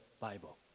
Bible